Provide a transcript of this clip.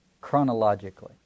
chronologically